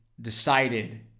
decided